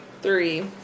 Three